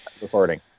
recording